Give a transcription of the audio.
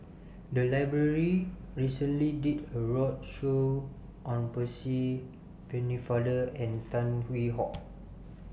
The Library recently did A roadshow on Percy Pennefather and Tan Hwee Hock